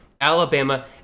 Alabama